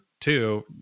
two